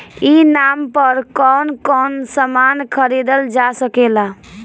ई नाम पर कौन कौन समान खरीदल जा सकेला?